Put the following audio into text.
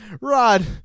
Rod